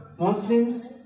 Muslims